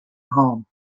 home